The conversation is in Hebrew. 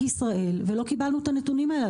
ישראל ולא קיבלנו את הנתונים האלה,